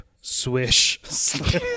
Swish